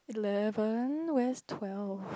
eleven where is twelve